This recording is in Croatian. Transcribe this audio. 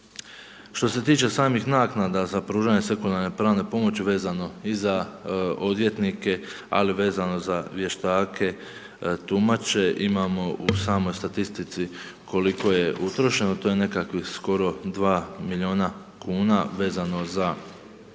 Što se tiče samih naknada za pružanje sekundarne pravne pomoći vezano i za odvjetnike, ali vezano za vještake, tumače, imamo u samoj statistici koliko je utrošeno, to je nekakvih skoro 2 milijuna kuna vezano za